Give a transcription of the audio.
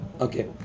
Okay